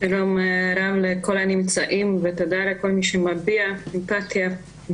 שלום רב לכל הנמצאים ותודה לכל מי שמביע אמפתיה,